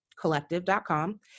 collective.com